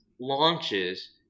launches